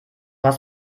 hast